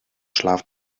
schlaf